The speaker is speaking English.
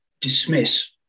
dismiss